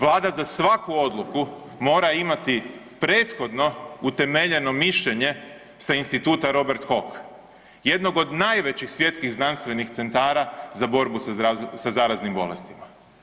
Vlada za svaku odluku mora imati prethodno utemeljeno mišljenje sa Instituta Robert Koch, jednog od najvećih svjetskih znanstvenih centara za borbu sa zaraznim bolestima.